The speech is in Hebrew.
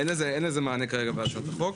אין לזה כרגע מענה בהצעת החוק.